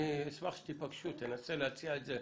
אני אשמח שתיפגשו, תנסה להציע את זה